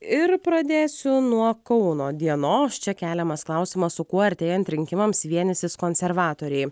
ir pradėsiu nuo kauno dienos čia keliamas klausimas su kuo artėjant rinkimams vienysis konservatoriai